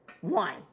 One